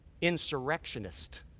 insurrectionist